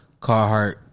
Carhartt